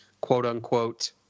quote-unquote